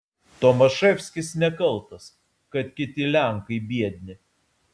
tomaševskis nekaltas kad kiti lenkai biedni